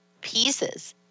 pieces